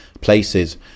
places